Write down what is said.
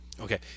Okay